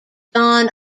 dawn